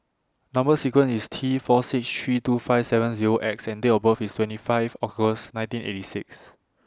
Number sequence IS T four six three two five seven Zero X and Date of birth IS twenty five August nineteen eighty six